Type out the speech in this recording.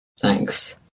Thanks